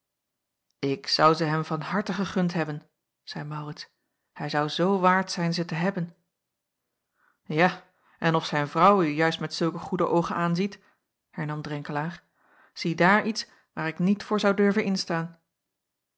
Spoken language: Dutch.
ik zou ze hem van harte gegund hebben zeî maurits hij zou zoo waard zijn ze te hebben ja en of zijn vrouw u juist met zulke goede oogen aanziet hernam drenkelaer ziedaar iets waar ik niet voor zou durven instaan